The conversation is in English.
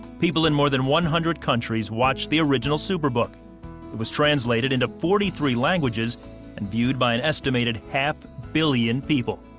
people in more than one hundred countries watched the original superbook. it was translated into forty three languages and viewed by an estimated half billion people.